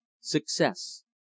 success